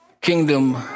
kingdom